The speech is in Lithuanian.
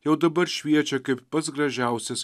jau dabar šviečia kaip pats gražiausias